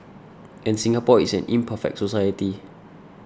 and Singapore is an imperfect society